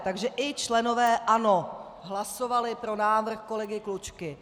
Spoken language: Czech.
Takže i členové ANO hlasovali pro návrh kolegy Klučky.